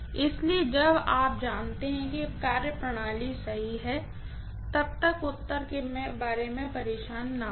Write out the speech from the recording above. इसलिए जब तक आप जानते हैं कि कार्यप्रणाली सही है तब तक उत्तर के बारे में बहुत परेशान न हों